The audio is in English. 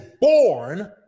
born